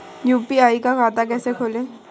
UPI का खाता कैसे खोलें?